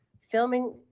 filming